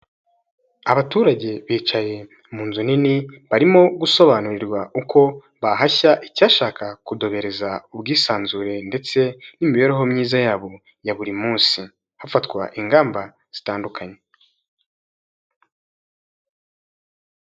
Abaturage bicaye mu nzu nini barimo gusobanurirwa uko bahashya icyashaka kudobereza ubwisanzure ndetse n'imibereho myiza yabo ya buri munsi hafatwa ingamba zitandukanye.